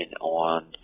on